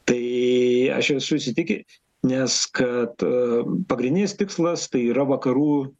tai aš esu įsitikinęs kad pagrindinis tikslas tai yra vakarų